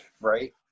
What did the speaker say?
right